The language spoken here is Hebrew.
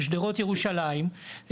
בשדרות ירושלים,